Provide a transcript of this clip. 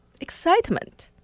Excitement